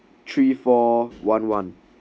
three four one one